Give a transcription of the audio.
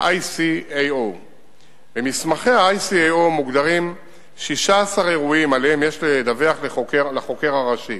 ICAO. במסמכי ה-ICAO מוגדרים 16 אירועים שעליהם יש לדווח לחוקר הראשי.